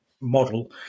model